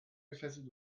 gefesselt